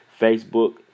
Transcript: Facebook